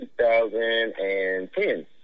2010